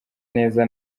neza